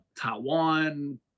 taiwan